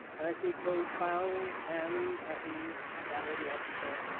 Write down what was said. i see cold fowls ham patties salad lobster.